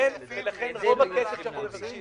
רוב הכסף שאנחנו מבקשים,